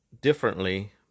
differently